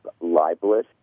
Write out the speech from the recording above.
libelous